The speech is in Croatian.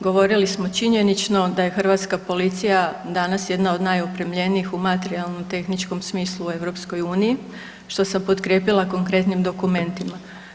Govorili smo činjenično da je hrvatska policija danas jedna od najopremljenijih u materijalnom i tehničkom smislu u EU, što sam potkrijepila konkretnim dokumentima.